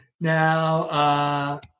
Now